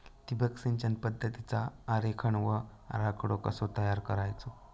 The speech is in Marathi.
ठिबक सिंचन पद्धतीचा आरेखन व आराखडो कसो तयार करायचो?